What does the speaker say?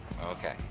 Okay